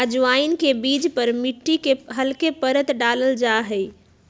अजवाइन के बीज पर मिट्टी के हल्के परत डाल्ल जाहई